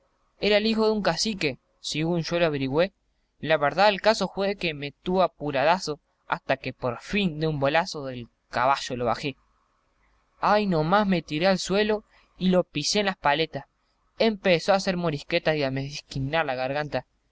era el hijo de un cacique sigún yo lo averigüé la verdá del caso jue que me tuvo apuradazo hasta que por fin de un bolazo del caballo lo bajé ahi no más me tiré al suelo y lo pisé en las paletas empezó a hacer morisquetas y a mezquinar la garganta